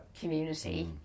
community